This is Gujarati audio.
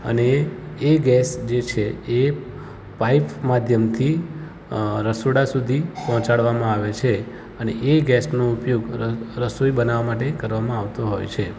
અને એ ગેસ જે છે એ પાઈપ માધ્યમથી રસોડા સુધી પહોંચાડવામાં આવે છે અને એ ગેસનો ઉપયોગ ર રસોઈ બનાવવા માટે કરવામાં આવતો હોય છે